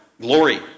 glory